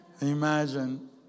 Imagine